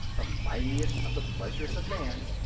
the mightiest of the pleasures of man,